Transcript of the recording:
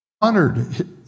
honored